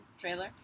Trailer